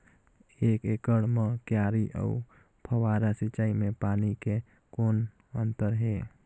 एक एकड़ म क्यारी अउ फव्वारा सिंचाई मे पानी के कौन अंतर हे?